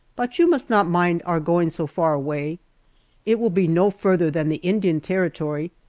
but you must not mind our going so far away it will be no farther than the indian territory,